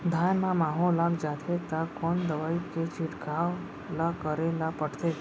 धान म माहो लग जाथे त कोन दवई के छिड़काव ल करे ल पड़थे?